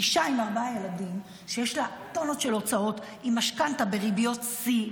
אישה עם ארבעה ילדים שיש לה טונות של הוצאות עם משכנתה בריביות שיא,